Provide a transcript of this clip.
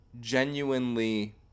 genuinely